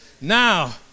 Now